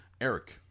eric